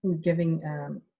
giving